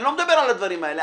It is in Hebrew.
אני לא מדבר על הדברים האלה.